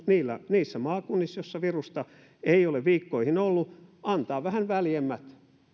niissä maakunnissa joissa virusta ei ole viikkoihin ollut antaa vähän väljemmät